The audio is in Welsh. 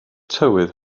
tywydd